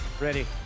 Ready